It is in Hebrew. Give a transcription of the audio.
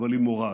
אבל עם מורל.